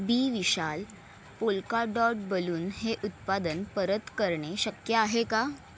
बी Vishal polka dot balloon हे उत्पादन परत करणे शक्य आहे का